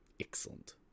Excellent